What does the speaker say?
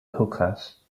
hookahs